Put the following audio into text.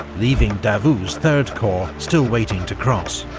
leaving davout's third corps still waiting to cross.